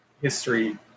history